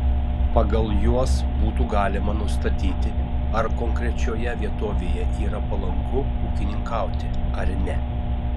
pagal juos būtų galima nustatyti ar konkrečioje vietovėje yra palanku ūkininkauti ar ne